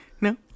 No